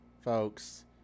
folks